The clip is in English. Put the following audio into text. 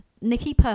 Nikki